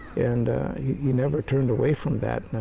and he never turned away from that.